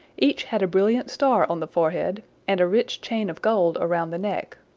each had a brilliant star on the forehead, and a rich chain of gold around the neck.